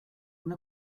una